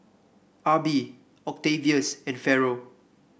Arbie Octavius and Ferrell